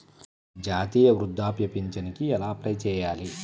జాతీయ వృద్ధాప్య పింఛనుకి ఎలా అప్లై చేయాలి?